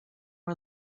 are